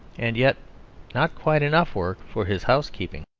and yet not quite enough work for his housekeeping.